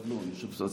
לא, לא, עכשיו לא.